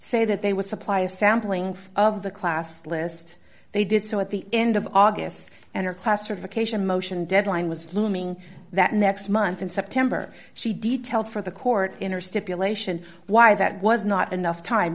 say that they would supply a sampling of the class list they did so at the end of august and her classification motion deadline was looming that next month in september she detailed for the court in her stipulation why that was not enough time